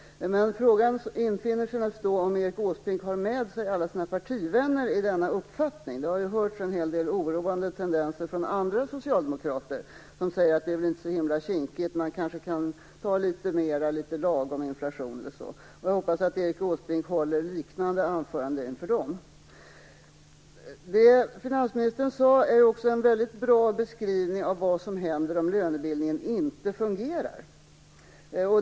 Men frågan infinner sig om Erik Åsbrink har med sig alla sina partivänner i denna uppfattning. Det har hörts en hel del oroande tendenser från andra socialdemokrater som säger att det inte är så himla kinkigt, att man kanske kan ha litet lagom inflation eller så. Jag hoppas att Erik Åsbrink håller liknande anföranden inför dem som här. Det finansministern sade är en väldigt bra beskrivning av vad som händer om lönebildningen inte fungerar.